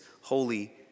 holy